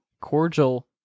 cordial